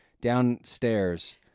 Downstairs